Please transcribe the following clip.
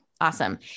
Awesome